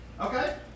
Okay